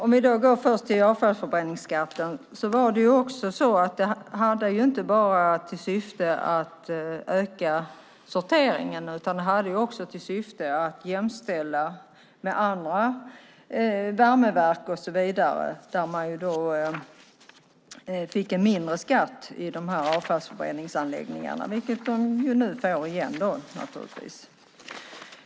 Herr talman! Avfallsförbränningsskatten hade ju inte bara till syfte att öka sorteringen utan också att jämställa avfallsförbränning med andra värmeverk och så vidare. Avfallsförbränningsanläggningarna fick då en mindre skatt, precis som de naturligtvis får nu igen.